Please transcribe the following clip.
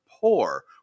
Poor